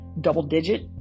double-digit